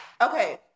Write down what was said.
Okay